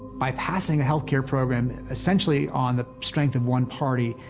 by passing a healthcare program essentially on the strength of one party,